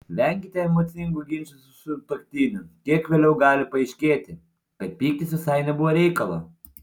venkite emocingų ginčų su sutuoktiniu kiek vėliau gali paaiškėti kad pyktis visai nebuvo reikalo